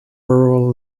rural